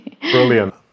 Brilliant